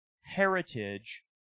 heritage